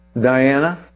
Diana